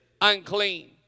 unclean